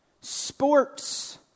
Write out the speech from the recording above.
sports